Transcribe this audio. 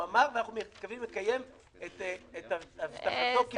הוא אמר ואנחנו מקווים לקיים את הבטחתו כלשונה.